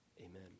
Amen